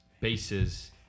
bases